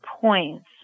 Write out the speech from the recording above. points